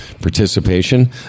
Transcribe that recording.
participation